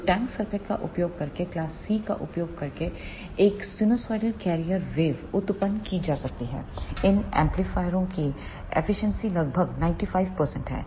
तो tank circuit का उपयोग करके क्लास C का उपयोग करके एक sinusoidal carrier wave 9SINUSOIDAL CARRIER WAVE उत्पन्न की जा सकती है इन एम्पलीफायरों की एफिशिएंसी लगभग 95 है